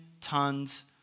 tons